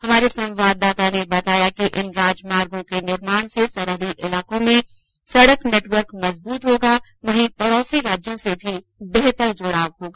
हमारे संवाददाता ने बताया है कि इन राजमार्गों के निर्माण से सरहदी इलाकों में सड़क नेटवर्क मजबूत होगा वहीं पड़ौसी राज्यों से जुड़ाव भी बेहतर होगा